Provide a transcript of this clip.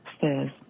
says